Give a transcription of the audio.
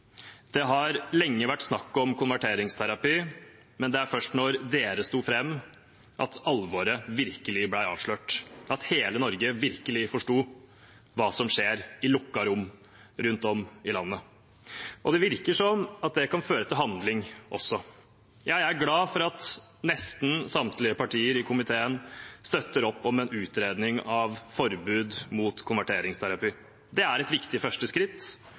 Det har lenge vært snakk om konverteringsterapi, men det var først da dere sto fram, at alvoret virkelig ble avslørt – at hele Norge virkelig forsto hva som skjer i lukkede rom rundt om i landet. Det virker også som at det kan føre til handling. Jeg er glad for at nesten samtlige partier i komiteen støtter opp om en utredning av forbud mot konverteringsterapi. Det er et viktig første skritt